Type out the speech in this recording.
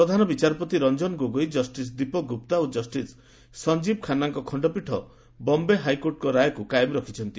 ପ୍ରଧାନବିଚାରପତି ରଞ୍ଚନ ଗୋଗଇ ଜଷ୍ଟିସ ଦୀପକ ଗୁପ୍ତା ଓ ଜଷ୍ଟିସ୍ ସଞ୍ଞୀବ ଖାନୁାଙ୍କ ଖଣ୍ତପୀଠ ବମ୍ଧ ହାଇକୋର୍ଟଙ୍କ ରାୟକୁ କାଏମ ରଖୃଛନ୍ତି